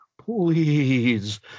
please